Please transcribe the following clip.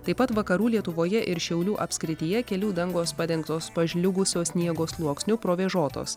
taip pat vakarų lietuvoje ir šiaulių apskrityje kelių dangos padengtos pažliugusio sniego sluoksniu provėžotos